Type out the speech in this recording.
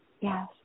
Yes